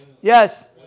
Yes